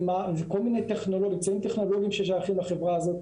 זה כל מיני אמצעים טכנולוגיים ששייכים לחברה הזאת.